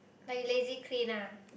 like you lazy clean ah